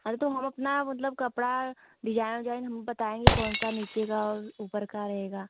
अरे तो हम अपना मतलब कपड़ा डिजायन विजायन बताएंगे कौन सा नीचे का और ऊपर का रहेगा